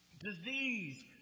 disease